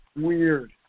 weird